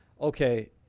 Okay